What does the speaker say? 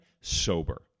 sober